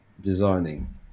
designing